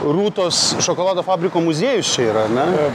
rūtos šokolado fabriko muziejus čia yra ar ne